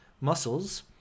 muscles